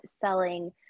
selling